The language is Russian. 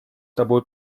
тобой